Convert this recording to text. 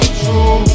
true